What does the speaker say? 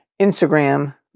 Instagram